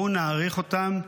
בואו נעריך אותם,